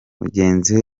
mugenzi